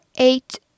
Eight